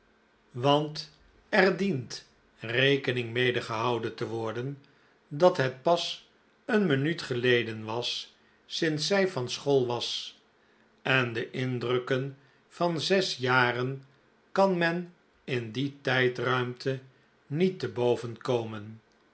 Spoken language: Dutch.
want er dient rekening mede gehouden te worden dat het pas een minuut geleden was sinds zij van school was en de indrukken van zes jaren kan men in die tijdruimte niet te